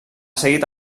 seguit